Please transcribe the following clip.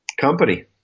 company